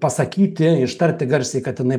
pasakyti ištarti garsiai kad jinai